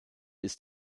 ist